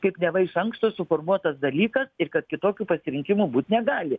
kaip neva iš anksto suformuotas dalykas ir kad kitokių pasirinkimų būt negali